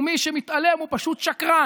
ומי שמתעלם הוא פשוט שקרן.